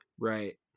right